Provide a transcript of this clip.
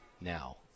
now